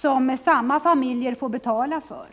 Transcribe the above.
som samma familjer får betala för.